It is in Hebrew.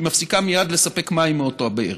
היא מפסיקה מייד לספק מים מאותה הבאר.